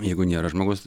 jeigu nėra žmogaus